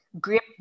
grip